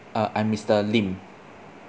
uh I'm mister lim